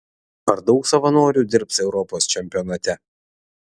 ar daug savanorių dirbs europos čempionate